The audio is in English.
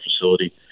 facility